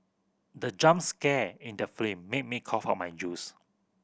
the jump scare in the film made me cough out my juice